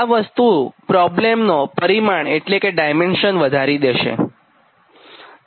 આ વસ્તુ પ્રોબ્લેમનો પરિમાણ એટલે કે ડાયમેન્શન વધારી દેશે